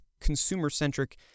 consumer-centric